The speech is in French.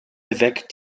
évêque